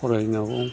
फरायनांगौ